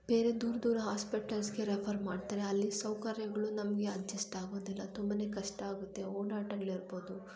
ಬೇರೆ ದೂರ್ದೂರ ಆಸ್ಪೆಟಲ್ಸ್ಗೆ ರೆಫರ್ ಮಾಡ್ತಾರೆ ಅಲ್ಲಿ ಸೌಕರ್ಯಗಳು ನಮಗೆ ಅಜ್ಜೆಸ್ಟ್ ಆಗೋದಿಲ್ಲ ತುಂಬಾ ಕಷ್ಟ ಆಗತ್ತೆ ಓಡಾಟಗಳಿರ್ಬೋದು